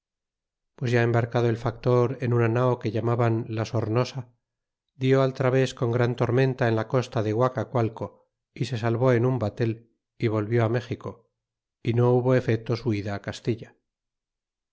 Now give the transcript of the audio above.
pues ya embarcado el factor en una nao que llamaban la sornosa dió al traves con gran tormenta en la costa du guacacualco y se salvó en un batel y volvió méxico y no hubo efeto su ida castilla